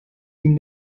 ihm